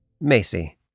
Macy